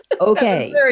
Okay